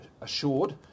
assured